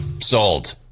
Sold